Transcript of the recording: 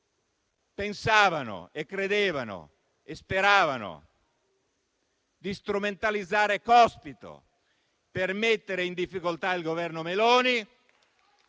pensavano, credevano e speravano di strumentalizzare Cospito per mettere in difficoltà il Governo Meloni,